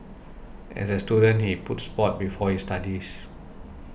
as a student he put sport before his studies